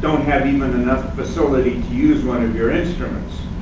don't have even enough facility to use one of your instruments.